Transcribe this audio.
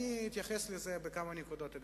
אתייחס לזה בכמה נקודות.